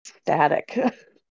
Static